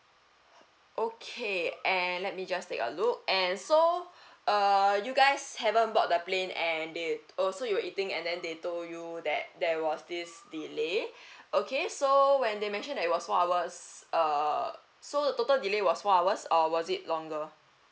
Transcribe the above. okay and let me just take a look and so uh you guys haven't board the plane and it oh so you were eating and they told you that there was this delay okay so when they mentioned that it was four hours uh so the total delay was four hours or was it longer